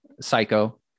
psycho